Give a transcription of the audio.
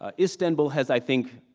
ah istanbul has, i think,